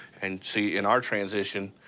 and, see, in our transition,